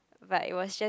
but it was just